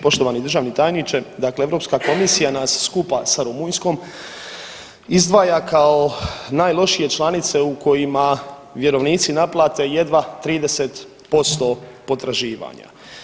Poštovani državni tajniče, dakle Europska komisija nas skupa sa Rumunjskom izdvaja kao najlošije članice u kojima vjerovnici naplate jedva 30% potraživanja.